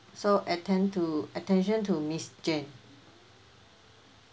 so attend to attention to miss jane